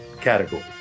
category